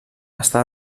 està